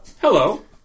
Hello